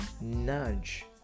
nudge